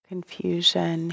Confusion